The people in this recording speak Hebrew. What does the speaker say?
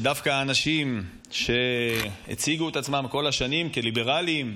שדווקא אנשים שהציגו את עצמם כל השנים כליברלים,